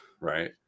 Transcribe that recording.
right